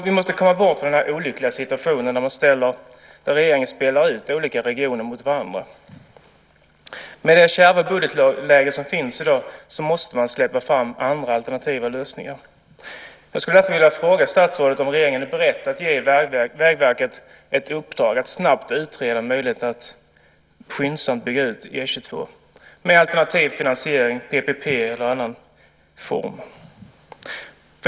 Vi måste komma bort från den olyckliga situationen där regeringen spelar ut olika regioner mot varandra. Med det kärva budgetläge som finns i dag måste man släppa fram andra alternativ och lösningar. Jag skulle därför vilja fråga statsrådet om regeringen är beredd att ge Vägverket ett uppdrag att snabbt utreda möjligheten att skyndsamt bygga ut E 22 med alternativ finansiering, PPP eller annan form.